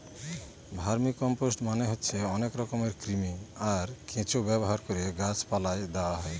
vermicompost মানে হচ্ছে অনেক রকমের কৃমি, আর কেঁচো ব্যবহার করে গাছ পালায় দেওয়া হয়